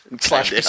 slash